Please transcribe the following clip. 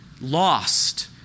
lost